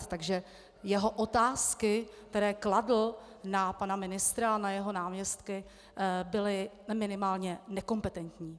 Takže jeho otázky, které kladl na pana ministra a na jeho náměstky, byly minimálně nekompetentní.